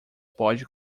pode